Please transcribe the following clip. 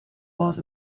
was